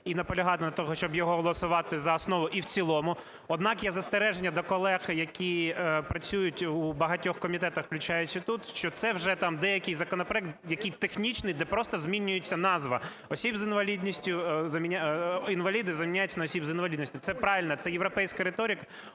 і наполягати на тому, щоб його голосувати за основу і в цілому. Однак є застереження до колег, які працюють у багатьох комітетах, включаючи тут, що це вже, там, деякий законопроект, який технічний, де просто змінюється назва осіб з інвалідністю… "інваліди" заміняються на "осіб з інвалідністю". Це правильна, це європейська риторика.